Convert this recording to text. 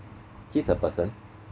he's a person